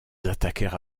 attaquèrent